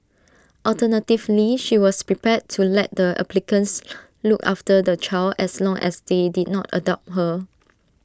alternatively she was prepared to let the applicants look after the child as long as they did not adopt her